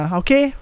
okay